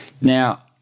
Now